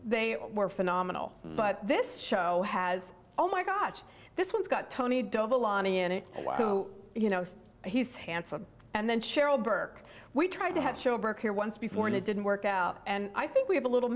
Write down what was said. they were phenomenal but this show has all my gosh this one's got tony dovolani in it he's handsome and then cheryl burke we tried to have show burke here once before and it didn't work out and i think we have a little